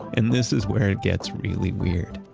and this is where it gets really weird.